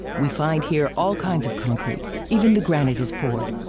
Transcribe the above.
we find here all kinds of concrete. even the granite is poured.